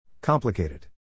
Complicated